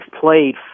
played